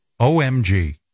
omg